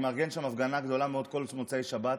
אני מארגן שם הפגנה גדולה מאוד כל מוצאי שבת,